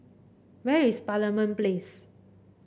where is Parliament Place